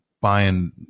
buying